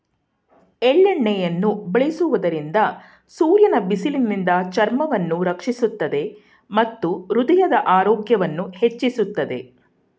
ಎಳ್ಳೆಣ್ಣೆಯನ್ನು ಬಳಸುವುದರಿಂದ ಸೂರ್ಯನ ಬಿಸಿಲಿನಿಂದ ಚರ್ಮವನ್ನು ರಕ್ಷಿಸುತ್ತದೆ ಮತ್ತು ಹೃದಯದ ಆರೋಗ್ಯವನ್ನು ಹೆಚ್ಚಿಸುತ್ತದೆ